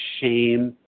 shame